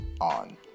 on